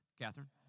Catherine